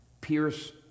pierce